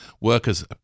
Workers